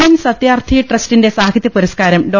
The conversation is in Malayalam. എൻ സത്യാർത്ഥി ട്രസ്റ്റിന്റെ സാഹിത്യ പുരസ്കാരം ഡോ